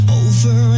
over